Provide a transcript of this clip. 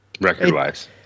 Record-wise